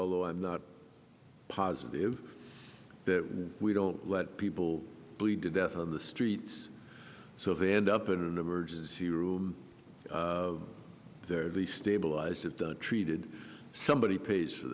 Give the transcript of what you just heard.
although i'm not positive that we don't let people bleed to death on the streets so they end up in an emergency room they're the stabilized at the treated somebody pays for